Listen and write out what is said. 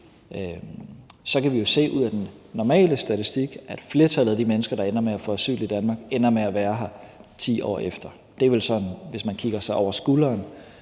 kan vi jo ud af den normale statistik se, at flertallet af de mennesker, der ender med at få asyl i Danmark, ender med at være her 10 år efter. Der er vel, hvis man kigger sig over skulderen,